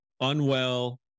unwell